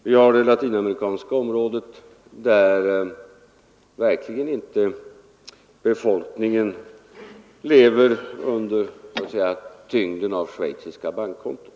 Vi har de latinamerikanska områdena där befolkningen verkligen inte lever under tyngden av schweiziska bankkonton.